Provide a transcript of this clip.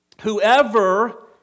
whoever